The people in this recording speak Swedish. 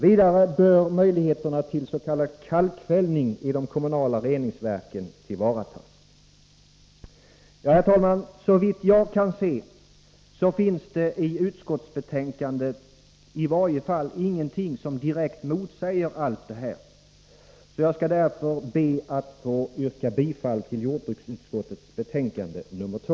Vidare bör möjligheterna till s.k. kalkfällning i de kommunala reningsverken tillvaratas. Herr talman! Såvitt jag kan se finns det i utskottsbetänkandet i varje fall ingenting som direkt motsäger allt detta. Jag skall därför be att få yrka bifall till jordbruksutskottets hemställan i betänkande 2.